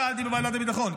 שאלתי בוועדת החוץ והביטחון,